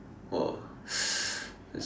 !wah! that's